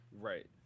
right